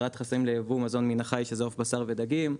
השלמת חסמים של יבוא מזון מהחי שזה עוף בשר ודגים,